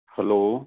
hello